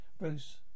Bruce